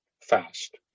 fast